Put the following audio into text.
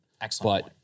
Excellent